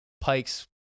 Pike's